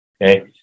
okay